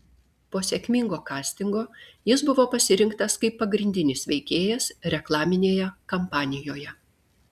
po sėkmingo kastingo jis buvo pasirinktas kaip pagrindinis veikėjas reklaminėje kampanijoje